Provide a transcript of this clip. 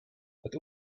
hat